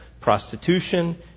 prostitution